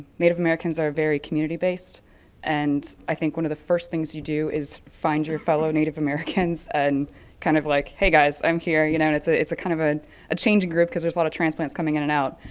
native americans are very community based and i think one of the first things you do is find your fellow native americans and kind of like, hey guys, i'm here, you know. and it's ah it's kind of ah changing group because there's a lot of transplants coming in and out.